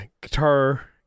Guitar